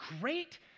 great